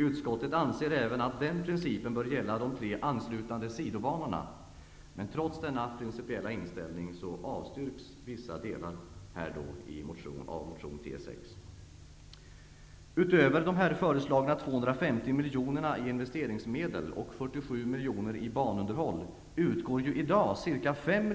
Utskottet anser även att den principen bör gälla de tre anslutande sidobanorna. Trots denna principiella inställning avstyrks vissa delar av motion T6. Utöver föreslagna 250 miljoner i investeringsmedel och 47 miljoner till banunderhåll utgår i dag ca 5